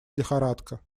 лихорадка